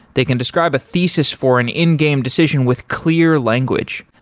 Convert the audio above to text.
they can describe a thesis for an in-game decision with clear language.